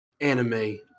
anime